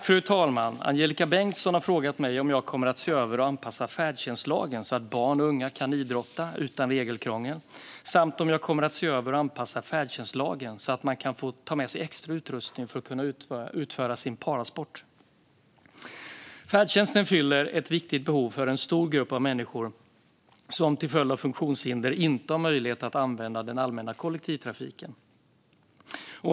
Fru talman! Angelika Bengtsson har frågat mig om jag kommer att se över och anpassa färdtjänstlagen så att barn och unga kan idrotta utan regelkrångel samt om jag kommer att se över och anpassa färdtjänstlagen så att man kan få ta med sig extra utrustning för att kunna utöva sin parasport. Färdtjänsten fyller ett viktigt behov för en stor grupp människor som till följd av funktionshinder inte har möjlighet att använda den allmänna kollektivtrafiken.